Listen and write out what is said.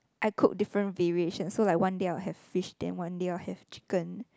I cook different variation so like one day I'll have fish then one day I'll have chicken